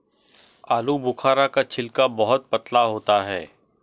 आलूबुखारा का छिलका बहुत पतला होता है